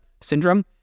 syndrome